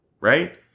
right